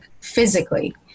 physically